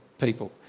people